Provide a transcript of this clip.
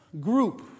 group